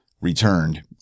returned